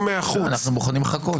גדולים מהחוץ -- אנחנו מוכנים לחכות.